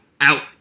out